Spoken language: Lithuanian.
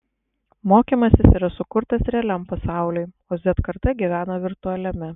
mokymasis yra sukurtas realiam pasauliui o z karta gyvena virtualiame